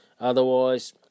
Otherwise